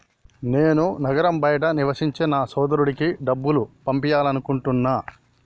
నేను నగరం బయట నివసించే నా సోదరుడికి డబ్బు పంపాలనుకుంటున్నా